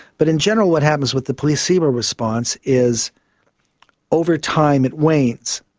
but in general what happens with the placebo response is over time it wanes.